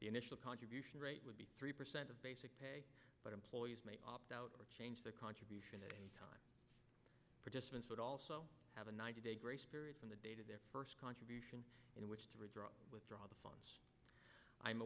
initial contribution would be three percent of basic but employees may opt out or change their contribution at a time participants would also have a ninety day grace period from the date of their first contribution in which to redraw withdraw the funds i'm